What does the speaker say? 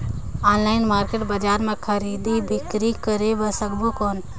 Online market बजार मां खरीदी बीकरी करे सकबो कौन?